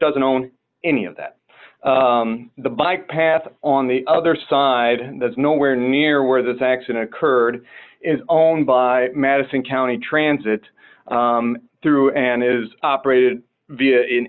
doesn't own any of that the bike path on the other side there's nowhere near where this accident occurred is owned by madison county transit through and is operated via